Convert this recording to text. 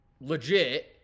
legit